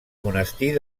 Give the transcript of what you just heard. monestir